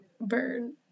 burn